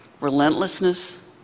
relentlessness